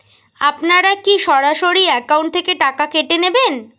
আপনারা কী সরাসরি একাউন্ট থেকে টাকা কেটে নেবেন?